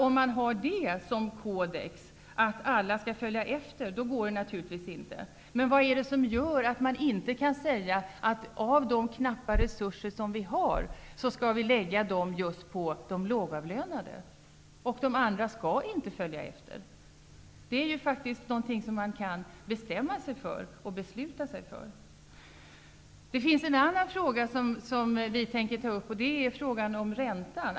Om man har som kodex att alla skall följa efter går det naturligtvis inte. Men vad är det som gör att man inte kan säga att vi av våra knappa resurser skall satsa på just de lågavlönade utan att de andra grupperna skall följa efter? Det är faktiskt något som man kan bestämma sig för. Vi tänker också ta upp frågan om räntan.